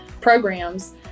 programs